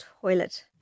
toilet